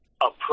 approach